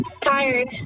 Tired